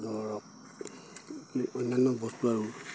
ধৰক অন্যান্য বস্তু আৰু